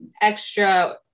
extra